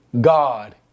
God